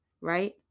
Right